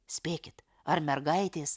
spėkit ar mergaitės